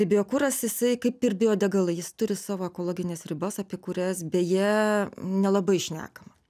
tai biokuras jisai kaip ir biodegalai jis turi savo ekologines ribas apie kurias beje nelabai šnekama